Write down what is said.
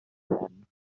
werden